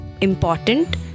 important